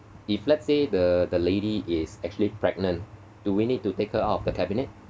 if let's say the the lady is actually pregnant do we need to take her out of the cabinet